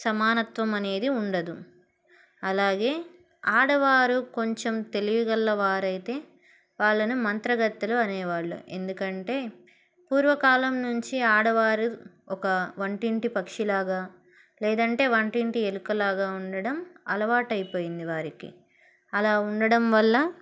సమానత్వం అనేది ఉండదు అలాగే ఆడవారు కొంచెం తెలివిగలవారైతే వాళ్ళను మంత్రగత్తెలు అనేవాళ్ళు ఎందుకంటే పూర్వకాలం నుంచి ఆడవారు ఒక వంటింటి పక్షిలాగా లేదంటే వంటింటి ఎలుకలాగా ఉండడం అలవాటు అయిపోయింది వారికి అలా ఉండడం వల్ల